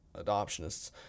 adoptionists